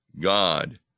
God